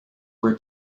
were